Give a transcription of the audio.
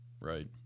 Right